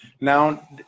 Now